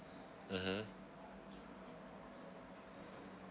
mmhmm